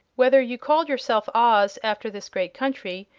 whether you called yourself oz after this great country,